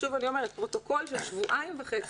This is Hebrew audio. שוב אני אומרת שפרוטוקול של שבועיים וחצי